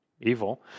evil